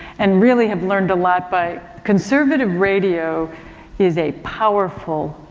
and really have learned a lot by conservative radio is a powerful,